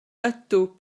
ydw